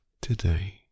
today